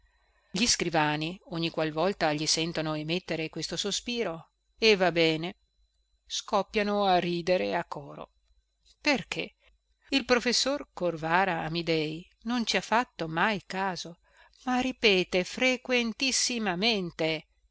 gli scrivani ogni qual volta gli sentono emettere questo sospiro e va bene scoppiano a ridere a coro perché il professor corvara amidei non ci ha fatto mai caso ma ripete